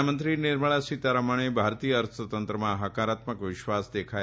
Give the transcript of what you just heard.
નાણાંમંત્રી નિર્મલા સીતારમણે ભારતીય અર્થ તંત્રમાં હકારાત્મક વિશ્વાસ દેખાઇ